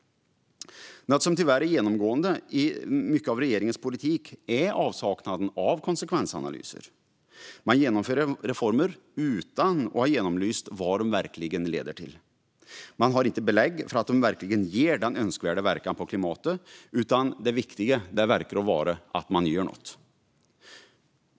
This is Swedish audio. Något som tyvärr är genomgående i mycket av regeringens politik är också avsaknaden av konsekvensanalyser. Man genomför reformer utan att ha genomlyst vad de verkligen leder till. Man har inte belägg för att de verkligen ger den önskvärda verkan på klimatet, utan det viktiga verkar vara att man gör något.